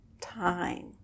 time